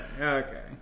Okay